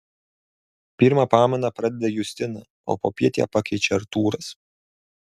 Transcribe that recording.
pirmą pamainą pradeda justina o popiet ją pakeičia artūras